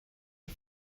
bir